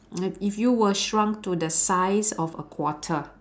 if you were shrunk to the size of a quarter